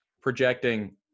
projecting